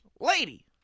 lady